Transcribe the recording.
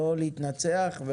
לא להתנצח.